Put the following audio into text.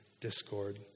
discord